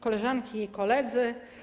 Koleżanki i Koledzy!